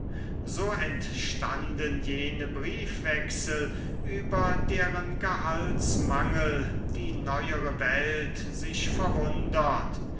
so entstanden jene briefwechsel über deren gehaltsmangel die neuere welt sich verwundert